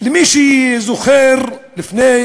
למי שזוכר, לפני